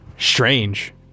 strange